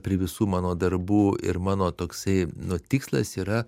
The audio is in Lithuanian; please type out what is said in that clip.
prie visų mano darbų ir mano toksai nu tikslas yra